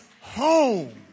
home